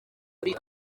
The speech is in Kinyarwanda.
muri